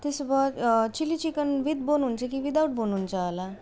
त्यसो chilli chicken with bone हुन्छ without bone हुन्छ होला